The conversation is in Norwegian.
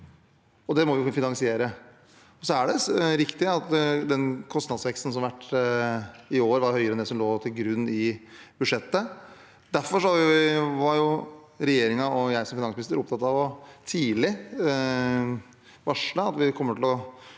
Det må vi finansiere. Så er det riktig at den kostnadsveksten som har vært i år, var høyere enn det som lå til grunn i budsjettet. Derfor var regjeringen og jeg som finansminister opptatt av tidlig å varsle at vi kommer til å